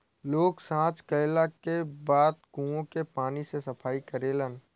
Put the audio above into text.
लोग सॉच कैला के बाद कुओं के पानी से सफाई करेलन